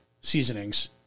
seasonings